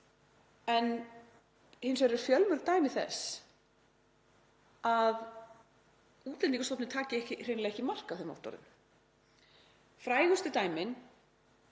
En hins vegar eru fjölmörg dæmi þess að Útlendingastofnun taki hreinlega ekki mark á þeim vottorðum. Frægustu dæmin